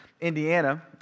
Indiana